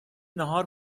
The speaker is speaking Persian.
نهار